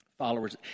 followers